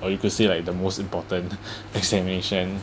or you could say like the most important examination